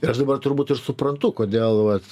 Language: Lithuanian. ir aš dabar turbūt ir suprantu kodėl vat